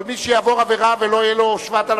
אבל מי שיעבור עבירה ולא יהיו לו 7,000